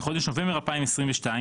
בחודש נובמבר 2022,